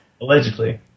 Allegedly